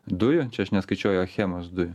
dujų čia aš neskaičiuoju achemos dujų